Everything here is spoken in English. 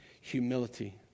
humility